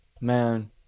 man